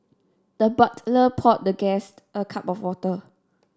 the butler the poured the guest a cup of water